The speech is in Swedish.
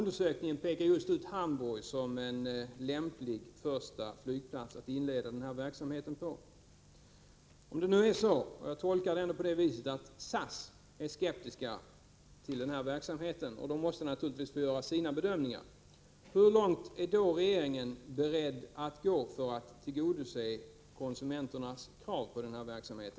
Där pekas just Hamburg ut som en lämplig första flygplats att inleda denna verksamhet på. SAS måste naturligtvis göra sina bedömningar, och om man där är skeptisk till denna verksamhet — jag tolkar det så — hur långt är regeringen beredd att gå för att tillgodose konsumenternas krav på denna verksamhet?